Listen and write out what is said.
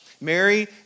Mary